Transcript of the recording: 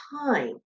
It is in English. time